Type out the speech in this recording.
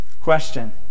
question